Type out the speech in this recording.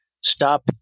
stop